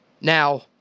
Now